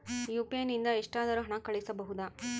UPI ನಿಂದ ಎಷ್ಟಾದರೂ ಹಣ ಕಳಿಸಬಹುದಾ?